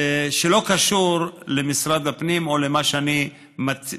שזה לא קשור למשרד הפנים או למה שאני מייצג,